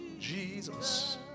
Jesus